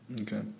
Okay